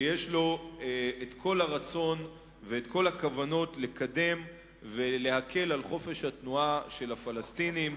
שיש לו כל הרצון וכל הכוונות לקדם ולהקל על חופש התנועה של הפלסטינים.